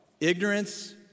ignorance